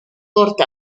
port